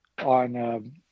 on